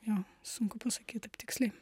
jo sunku pasakyt taip tiksliai